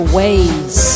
ways